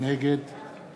נגד